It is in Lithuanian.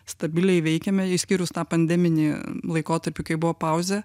stabiliai veikiame išskyrus tą pandeminį laikotarpį kai buvo pauzė